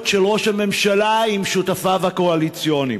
של ראש הממשלה עם שותפיו הקואליציוניים.